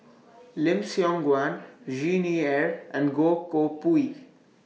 Lim Siong Guan Xi Ni Er and Goh Koh Pui